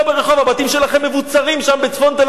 הבתים שלכם מבוצרים, שם בצפון תל-אביב.